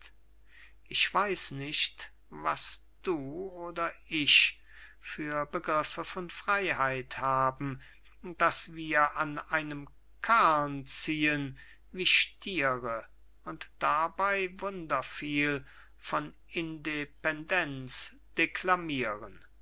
ich weiß nicht was du oder ich für begriffe von freyheit haben daß wir an einem karrn ziehen wie stiere und dabey wunderviel von independenz deklamiren